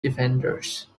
defenders